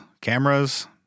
cameras